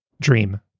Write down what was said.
Dream